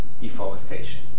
deforestation